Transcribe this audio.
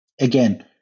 Again